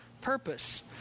purpose